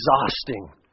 exhausting